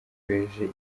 norvege